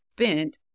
spent